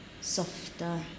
softer